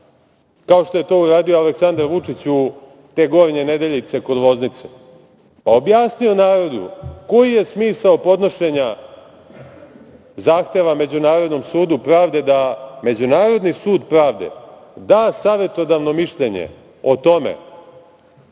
kao što je to uradio Aleksandar Vučić u te Gornje Nedeljice kod Loznice? Pa, objasnio narodu koji je smisao podnošenja zahteva Međunarodnom sudu pravde, da Međunarodni sud pravde da savetodavno mišljenje o tome